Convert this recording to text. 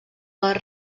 les